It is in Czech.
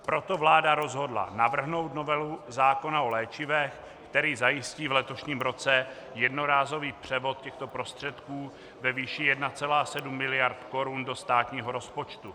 Proto vláda rozhodla navrhnout novelu zákona o léčivech, který zajistí v letošním roce jednorázový převod těchto prostředků ve výši 1,7 mld. korun do státního rozpočtu.